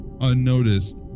unnoticed